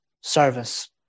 service